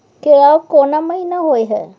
केराव कोन महीना होय हय?